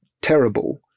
terrible